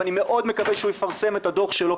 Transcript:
ואני מאוד מקווה שהוא יפרסם את הדוח שלו,